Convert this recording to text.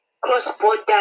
cross-border